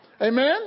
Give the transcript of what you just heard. Amen